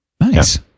Nice